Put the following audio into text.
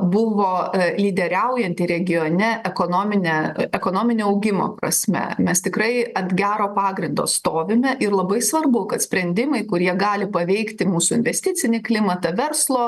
buvo lyderiaujanti regione ekonomine ekonominio augimo prasme mes tikrai ant gero pagrindo stovime ir labai svarbu kad sprendimai kurie gali paveikti mūsų investicinį klimatą verslo